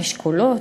אשכולות,